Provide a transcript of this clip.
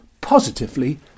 positively